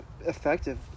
effective